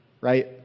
right